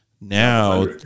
Now